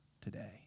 today